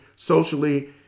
socially